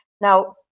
now